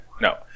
No